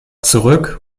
zurück